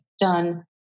done